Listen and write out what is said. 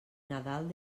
nadal